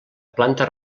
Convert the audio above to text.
planta